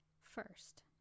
first